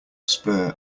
spur